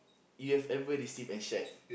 you have ever received and shared